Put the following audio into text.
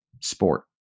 sport